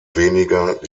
weniger